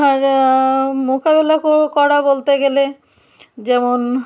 আর মোকাবিলা করা বলতে গেলে যেমন